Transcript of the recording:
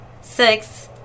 six